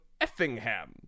Effingham